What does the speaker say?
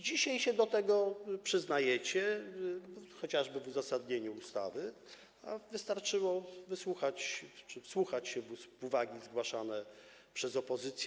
Dzisiaj się do tego przyznajecie, chociażby w uzasadnieniu ustawy, a wystarczyło wysłuchać czy wsłuchać się w uwagi zgłaszane przez opozycję.